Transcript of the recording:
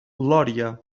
lòria